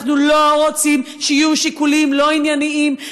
אנחנו לא רוצים שיהיו שיקולים לא ענייניים,